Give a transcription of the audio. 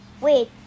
Wait